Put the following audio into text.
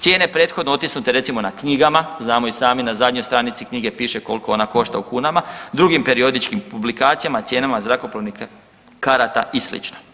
Cijene prethodno otisnute, recimo, na knjigama, znamo i sami na zadnjoj stranici knjige piše koliko ona košta u kunama, drugim periodičkim publikacijama, cijenama zrakoplovnih karata i sl.